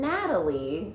Natalie